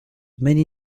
many